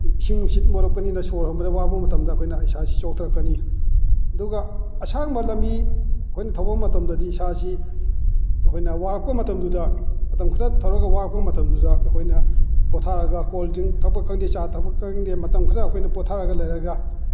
ꯏꯁꯤꯡ ꯅꯨꯡꯁꯤꯠ ꯃꯣꯠꯂꯛꯄꯅꯤꯅ ꯁꯣꯔ ꯍꯣꯟꯕꯗ ꯋꯥꯕ ꯃꯇꯝꯗ ꯑꯩꯈꯣꯏꯅ ꯏꯁꯥꯁꯤ ꯆꯣꯛꯊꯔꯛꯀꯅꯤ ꯑꯗꯨꯒ ꯑꯁꯥꯡꯕ ꯂꯝꯕꯤ ꯑꯩꯈꯣꯏꯅ ꯊꯧꯕ ꯃꯇꯝꯗꯗꯤ ꯏꯁꯥꯁꯤ ꯑꯩꯈꯣꯏꯅ ꯋꯥꯔꯛꯄ ꯃꯇꯝꯗꯨꯗ ꯃꯇꯝ ꯈꯔ ꯊꯧꯔꯒ ꯋꯥꯔꯛꯄ ꯃꯇꯝꯗꯨꯗ ꯑꯩꯈꯣꯏꯅ ꯄꯣꯊꯥꯔꯒ ꯀꯣꯜ ꯗ꯭ꯔꯤꯡ ꯊꯛꯄ ꯈꯪꯗꯦ ꯆꯥ ꯊꯛꯄ ꯈꯪꯗꯦ ꯃꯇꯝ ꯈꯔ ꯑꯩꯈꯣꯏꯅ ꯄꯣꯊꯥꯔꯒ ꯂꯩꯔꯒ